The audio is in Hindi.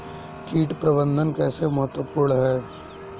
कीट प्रबंधन कैसे महत्वपूर्ण है?